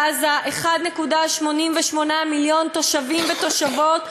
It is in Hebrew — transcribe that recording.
בעזה 1.88 מיליון תושבים ותושבות,